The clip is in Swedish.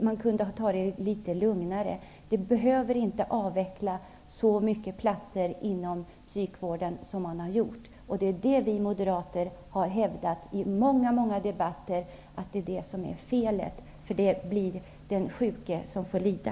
Man kunde ha tagit det litet lugnare. Vi behöver inte avveckla så många platser inom psykvården som man har gjort. Vi moderater har i många debatter hävdat att det är fel, för det är den sjuke som får lida.